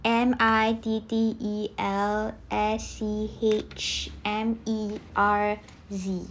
M I T T E L S C H M E R Z